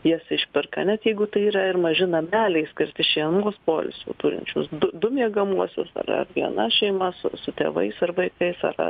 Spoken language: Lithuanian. jas išperka net jeigu tai yra ir maži nameliai skirti šeimos poilsio turinčius du du miegamuosius ar ar viena šeima su su tėvais ar vaikais ar ar